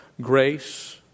grace